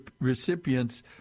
recipients